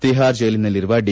ತಿಹಾರ್ ಜೈಲಿನಲ್ಲಿರುವ ಡಿ